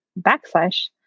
backslash